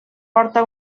porta